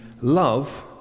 love